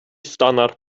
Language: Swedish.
stannar